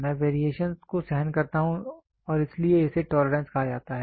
मैं वेरिएशंस को सहन करता हूं और इसीलिए इसे टॉलरेंस कहा जाता है